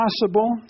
possible